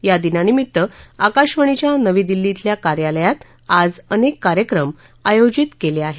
या दिनानिमित्त आकाशवाणीच्या नवी दिल्ली खेल्या कार्यालयात आज अनेक कार्यक्रम आयोजित केले आहेत